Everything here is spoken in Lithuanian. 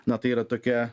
na tai yra tokia